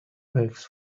bags